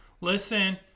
listen